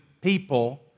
people